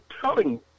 telling